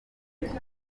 yanjye